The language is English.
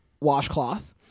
washcloth